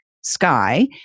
Sky